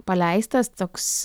paleistas toks